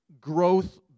growth